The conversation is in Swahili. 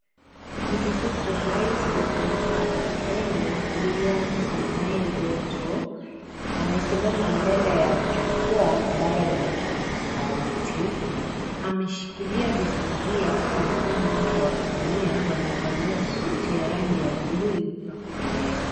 Mtukufu raisi wa taifa la Kenya William Samoei Ruto, amesimama mbele ya jukwaa ambalo lina kipaza sauti. Ameshikilia Bibilia kwa mkono wake wa kulia na amevalia suti ya rangi ya buluu iliyokolea.